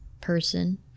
person